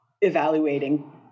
evaluating